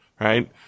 right